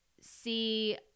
see